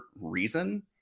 reason